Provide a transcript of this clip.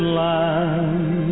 land